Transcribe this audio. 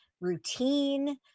routine